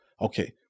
Okay